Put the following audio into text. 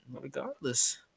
regardless